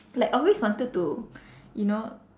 like always wanted to you know